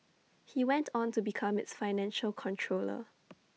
he went on to become its financial controller